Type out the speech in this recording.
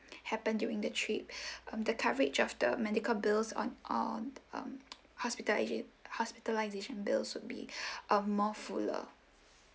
happen during the trip um the coverage of the medical bills on on um hospitalisation bills will be um more fuller